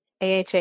AHA